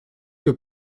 que